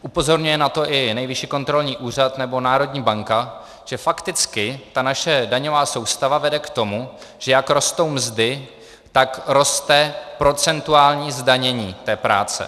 Upozorňuje na to i Nejvyšší kontrolní úřad nebo národní banka, že fakticky naše daňová soustava vede k tomu, že jak rostou mzdy, tak roste procentuální zdanění té práce.